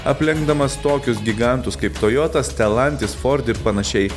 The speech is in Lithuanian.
aplenkdamas tokius gigantus kaip toyota stelantis ford ir panašiai